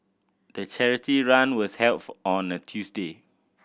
the charity run was held for on a Tuesday